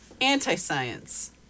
Anti-science